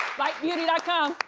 bitebeauty and com.